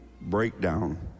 breakdown